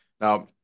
Now